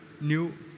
new